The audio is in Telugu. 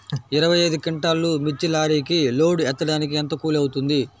ఇరవై ఐదు క్వింటాల్లు మిర్చి లారీకి లోడ్ ఎత్తడానికి ఎంత కూలి అవుతుంది?